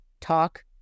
Talk